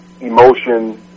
emotion